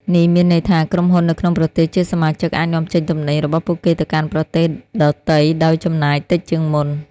នេះមានន័យថា ក្រុមហ៊ុននៅក្នុងប្រទេសជាសមាជិកអាចនាំចេញទំនិញរបស់ពួកគេទៅកាន់ប្រទេសដទៃដោយចំណាយតិចជាងមុន។